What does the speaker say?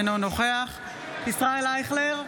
אינו נוכח ישראל אייכלר,